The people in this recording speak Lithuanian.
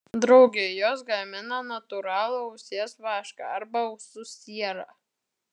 drauge jos gamina natūralų ausies vašką arba ausų sierą